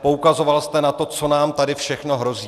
Poukazoval jste na to, co nám tady všechno hrozí.